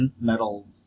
metal